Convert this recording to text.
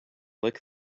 lick